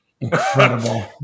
Incredible